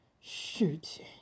shoot